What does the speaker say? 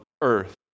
earth